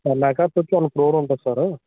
ten acres వచ్చి one crore ఉంటుంది sir